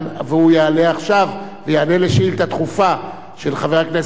הוא יעלה עכשיו ויענה על שאילתא דחופה של חבר הכנסת אזולאי.